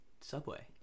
subway